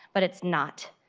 but, it is not.